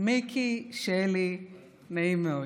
מיקי היקרה,